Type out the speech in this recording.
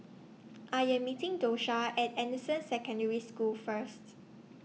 I Am meeting Dosha At Anderson Secondary School First